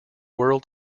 world